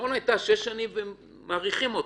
שבעיקרון הייתה שש שנים ומאריכים אותה.